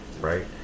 right